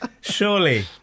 Surely